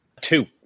Two